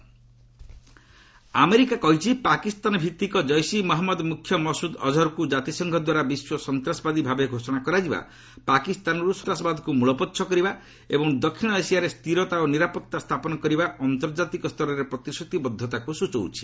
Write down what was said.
Azhar US America କହିଛି ପାକିସ୍ତାନ ଭିଭିକ ଜୈସ୍ ଇ ମହମ୍ମଦ ମୁଖ୍ୟ ମସୁଦ ଅଜହରକୁ ଜାତିସଂଘ ଦ୍ୱାରା ବିଶ୍ୱ ସନ୍ତାସବାଦୀ ଭାବେ ଘୋଷଣା କରାଯିବା ପାକିସ୍ତାନରୁ ସନ୍ତାସବାଦକୁ ମୂଳପୋଛ କରିବା ଏବଂ ଦକ୍ଷିଣ ଏସିଆରେ ସ୍ଥିରତା ଓ ନିରାପତ୍ତା ସ୍ଥାପନ କରିବା ଆନ୍ତର୍ଜାତିକ ସ୍ତରରେ ପ୍ରତିଶ୍ରତିବଦ୍ଧତାକୁ ସ୍ଟଚାଉଛି